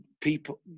people